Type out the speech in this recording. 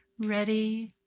ready,